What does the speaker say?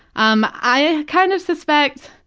um i kind of suspect,